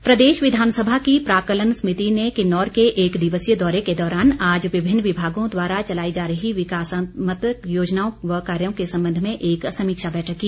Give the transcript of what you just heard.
समिति प्रदेश विधानसभा के प्राक्कलन समिति ने किन्नौर के एक दिवसीय दौरे के दौरान आज विभिन्न विभागों द्वारा चलाई जा रही विकासात्मक योजनाओं व कार्यों के संबंध में एक समीक्षा बैठक की